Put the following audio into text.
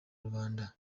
rubanda